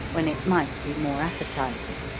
when it might be more appetizing.